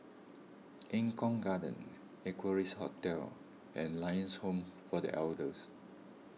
Eng Kong Garden Equarius Hotel and Lions Home for the Elders